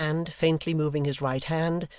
and, faintly moving his right hand,